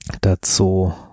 Dazu